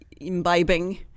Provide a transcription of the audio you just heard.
imbibing